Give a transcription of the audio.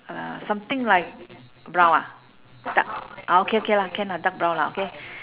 uh something like brown ah dar~ ah okay okay lah can lah dark brown lah okay